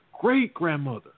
great-grandmother